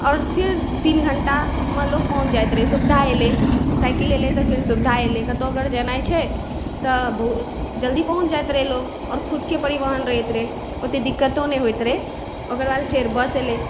आओर फिर तीन घण्टामे लोग पहुँच जाइत रहै सुविधा एलै साइकिल एलै तऽ फेर सुविधा एलै कतौ अगर जेनाइ छै तऽ जल्दी पहुँच जाइत रहै लोक आओर खुदके परिवहन रहैत रहै ओते दिक्क्तो नहि होइत रहै ओकर बाद फेर बस एलै